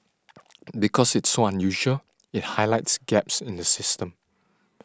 because it's so unusual it highlights gaps in the system